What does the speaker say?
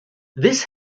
this